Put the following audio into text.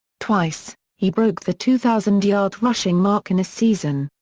twice, he broke the two thousand yard rushing mark in a season.